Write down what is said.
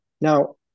Now